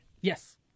Yes